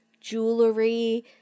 jewelry